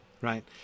right